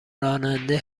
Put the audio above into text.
راننده